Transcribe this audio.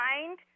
mind